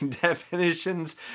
definitions